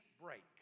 break